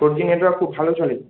four G network খুব ভালো চলে